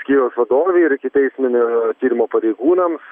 skyriaus vadovei ir ikiteisminio tyrimo pareigūnams